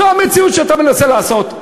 זו המציאות שאתה מנסה לעשות,